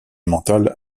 mental